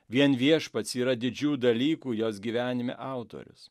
vien viešpats yra didžių dalykų jos gyvenime autorius